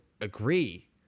agree